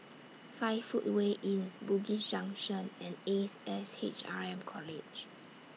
five Footway Inn Bugis Junction and Ace S H R M College